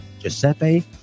Giuseppe